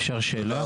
אפשר שאלה?